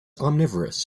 omnivorous